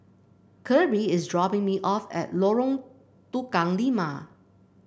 Kirby is dropping me off at Lorong Tukang Lima